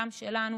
גם שלנו